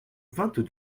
vingt